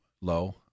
low